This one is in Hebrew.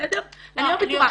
אני לא בטוחה.